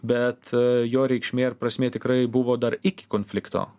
bet jo reikšmė ir prasmė tikrai buvo dar iki konflikto